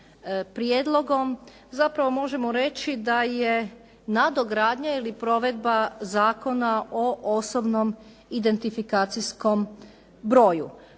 prijedlogom zapravo možemo reći da je nadogradnja ili provedba Zakona o osobnom identifikacijskom broju.